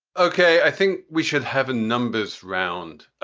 ok. i think we should have a numbers round.